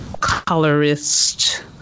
colorist